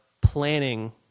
planning